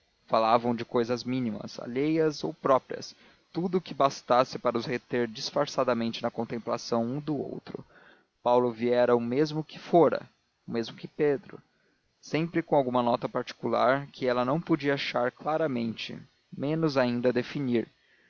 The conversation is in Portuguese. falavam de cousas mínimas alheias ou próprias tudo o que bastasse para os reter disfarçadamente na contemplação um do outro paulo viera o mesmo que fora o mesmo que pedro sempre com alguma nota particular que ela não podia achar claramente menos ainda definir